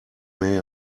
may